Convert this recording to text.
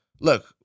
look